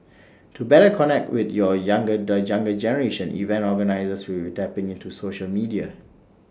to better connect with your younger the younger generation event organisers will be tapping into social media